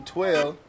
Twelve